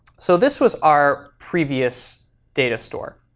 so this was our previous data store,